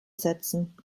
setzen